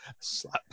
slap